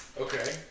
okay